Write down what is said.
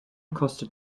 kostet